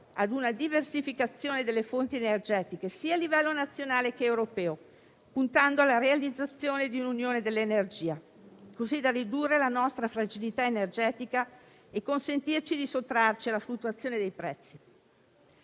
a una diversificazione delle fonti energetiche a livello sia nazionale che europeo, puntando alla realizzazione di un'unione dell'energia, così da ridurre la nostra fragilità energetica e consentirci di sottrarci alla fluttuazione dei prezzi.